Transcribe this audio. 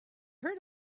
heard